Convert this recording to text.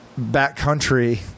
backcountry